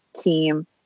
team